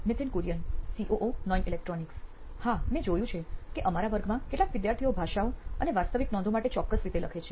Nithin Kurian COO નોઇન electronics હા મેં જોયું છે કે અમારા વર્ગમાં કેટલાક વિદ્યાર્થીઓ ભાષાઓ અને વાસ્તવિક નોંધો માટે ચોક્કસ રીતે લખે છે